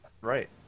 Right